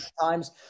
times